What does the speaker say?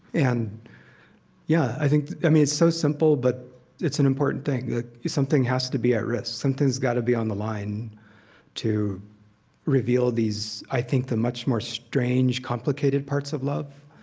and yeah i think, i mean, it's so simple but it's an important thing, that something has to be at risk. something's got to be on the line to reveal these, i think, the much more strange, complicated parts of love.